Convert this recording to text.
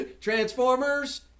Transformers